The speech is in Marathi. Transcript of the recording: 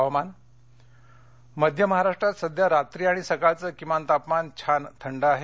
हवामान मध्य महाराष्ट्रात सध्या रात्री आणि सकाळचं किमान तापमान छान थंड आहे